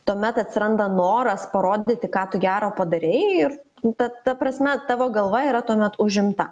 tuomet atsiranda noras parodyti ką tu gero padarei ir ta ta prasme tavo galva yra tuomet užimta